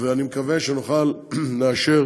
ואני מקווה שנוכל לאשר